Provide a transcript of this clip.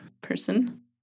person